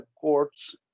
courts